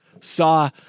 saw